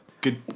Good